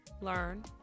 learn